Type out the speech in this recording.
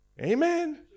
Amen